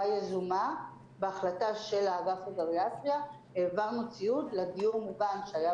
יזומה בהחלטה של האגף לגריאטריה ציוד לדיור מוגן שהייתה